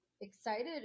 Excited